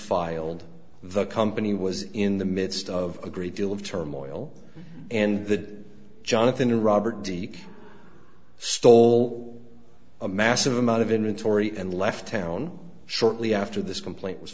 filed the company was in the midst of a great deal of turmoil and that jonathan robert de stole a massive amount of inventory and left town shortly after this complaint was